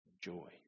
joy